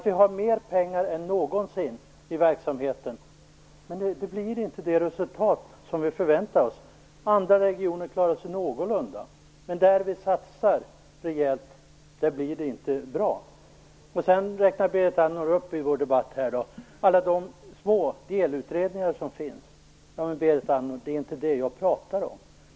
Vi har mer pengar än någonsin i verksamheten, men det blir inte det resultat som vi förväntar oss. Andra regioner klarar sig någorlunda, men där vi satsar rejält blir det inte bra. Sedan räknar Berit Andnor i debatten upp alla de små delutredningar som finns. Men det är inte det jag pratar om, Berit Andnor.